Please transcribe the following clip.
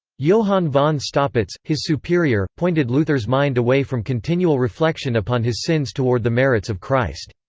johann von staupitz, his superior, pointed luther's mind away from continual reflection upon his sins toward the merits of christ.